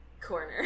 corner